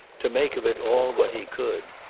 to make of it all what he could.